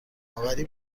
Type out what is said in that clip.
اوری